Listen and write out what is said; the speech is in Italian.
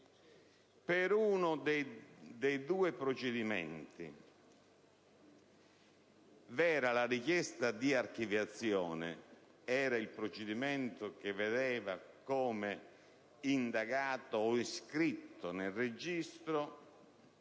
Per uno dei due procedimenti vi era la richiesta di archiviazione: era il procedimento che vedeva come indagato o iscritto nel registro